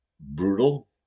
brutal